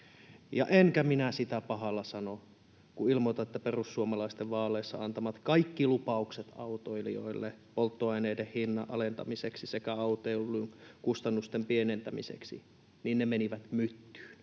Enkä minä sitä pahalla sano, kun ilmoitan, että kaikki perussuomalaisten vaaleissa antamat lupaukset autoilijoille polttoaineiden hinnan alentamiseksi sekä autoilun kustannusten pienentämiseksi menivät myttyyn.